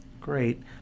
Great